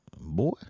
boy